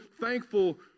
thankful